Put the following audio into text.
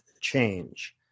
change